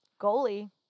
Goalie